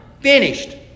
finished